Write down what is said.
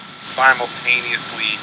simultaneously